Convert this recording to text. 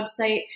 website